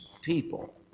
people